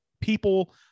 people